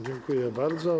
Dziękuję bardzo.